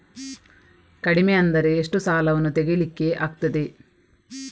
ಕಡಿಮೆ ಅಂದರೆ ಎಷ್ಟು ಸಾಲವನ್ನು ತೆಗಿಲಿಕ್ಕೆ ಆಗ್ತದೆ?